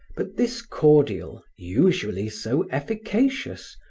but this cordial, usually so efficacious,